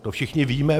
To všichni víme.